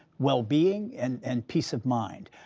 well-being and and peace of mind.